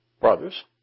brothers